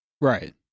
Right